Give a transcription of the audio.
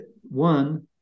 One